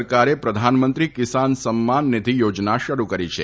સરકારે પ્રધાનમંત્રી કિસાન સમ્માન નીધી યોજના શરૂ કરી છે